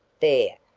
there,